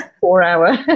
four-hour